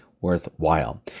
worthwhile